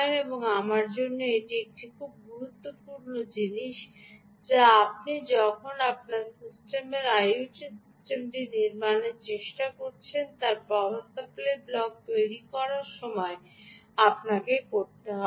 এবং আমার জন্য এটি একটি খুব গুরুত্বপূর্ণ জিনিস যা আপনি যখন আপনার সিস্টেমের আইওটি সিস্টেমটি নির্মাণের চেষ্টা করছেন তার পাওয়ার সাপ্লাই ব্লক তৈরি করার সময় আপনাকে করতে হবে